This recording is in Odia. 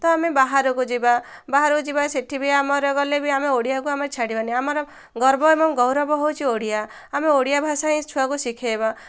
ତ ଆମେ ବାହାରକୁ ଯିବା ବାହାରକୁ ଯିବା ସେଠି ବି ଆମର ଗଲେ ବି ଆମେ ଓଡ଼ିଆକୁ ଆମେ ଛାଡ଼ିବନି ଆମର ଗର୍ବ ଏବଂ ଗୌରବ ହେଉଛି ଓଡ଼ିଆ ଆମେ ଓଡ଼ିଆ ଭାଷା ହିଁ ଛୁଆକୁ ଶିଖାଇବା